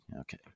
okay